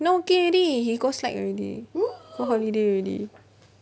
not working already he go slack already go holiday already